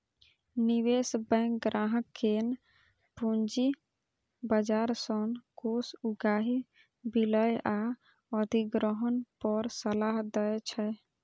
निवेश बैंक ग्राहक कें पूंजी बाजार सं कोष उगाही, विलय आ अधिग्रहण पर सलाह दै छै